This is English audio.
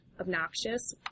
obnoxious